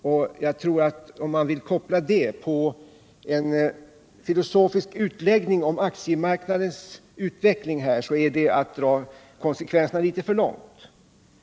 Om man vill koppla detta till en filosofisk utläggning om aktiemarknadens utveckling, är det att dra konsekvenserna litet för långt.